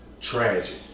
Tragic